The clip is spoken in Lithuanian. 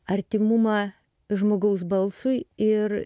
artimumą žmogaus balsui ir